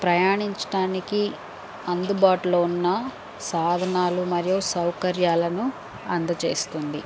ప్రయాణించటానికి అందుబాటులో ఉన్న సాధనాలు మరియు సౌకర్యాలను అందజేస్తుంది